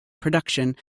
production